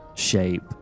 shape